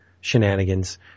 shenanigans